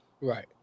Right